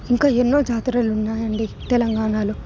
ఇంక ఎన్నో జాతరలు ఉన్నాయండి తెలంగాణలో